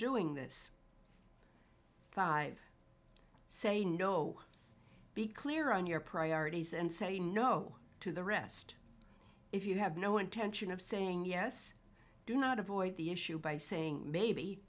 doing this five say no be clear on your priorities and say no to the rest if you have no intention of saying yes do not avoid the issue by saying maybe